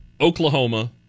Oklahoma